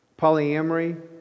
polyamory